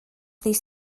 ddydd